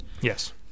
Yes